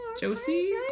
Josie